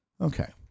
Okay